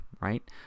right